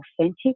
authentic